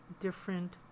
different